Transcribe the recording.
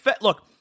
Look